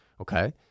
okay